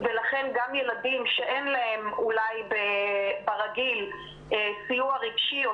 ולכן גם ילדים שאין להם אולי ברגיל סיוע רגשי או